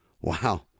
Wow